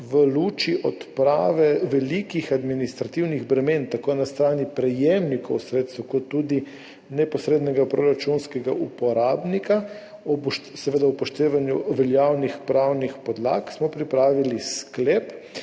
v luči odprave velikih administrativnih bremen tako na strani prejemnikov sredstev kot tudi neposrednega proračunskega uporabnika, seveda ob upoštevanju veljavnih pravnih podlag, in smo pripravili sklep